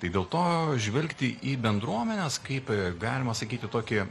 tai dėl to žvelgti į bendruomenes kaip galima sakyti tokį